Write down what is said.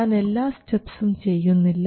ഞാൻ എല്ലാ സ്റ്റെപ്സും ചെയ്യുന്നില്ല